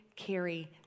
carry